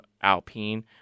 Alpine